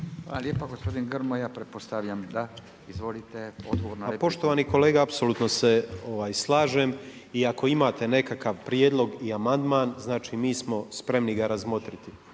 lijepa. Gospodin Grmoja pretpostavljam da. Izvolite, odgovor na repliku. **Grmoja, Nikola (MOST)** Pa poštovani kolega apsolutno se slažem i ako imate nekakav prijedlog i amandman mi smo spremni ga razmotriti,